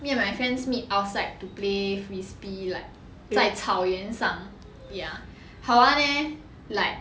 me and my friends meet outside to play frisbee like 在草原上 ya 好玩 leh like